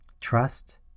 Trust